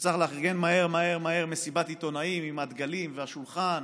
כשצריך לארגן מהר מהר מהר מסיבת עיתונאים עם הדגלים והשולחן